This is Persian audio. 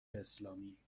اسلامی